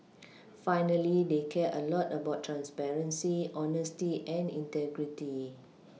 finally they care a lot about transparency honesty and integrity